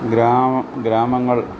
ഗ്രാമം ഗ്രാമങ്ങൾ